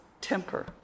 temper